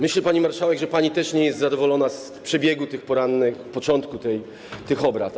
Myślę, pani marszałek, że pani też nie jest zadowolona z przebiegu tych porannych... początku tych obrad.